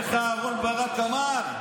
איך אהרן ברק אמר?